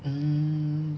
mm